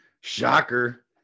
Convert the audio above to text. shocker